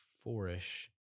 four-ish